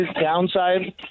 downside